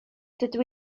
dydw